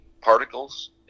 particles